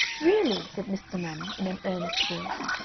really! said mr. manning, in an earnest voice,